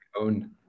own